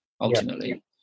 Ultimately